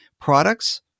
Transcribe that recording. products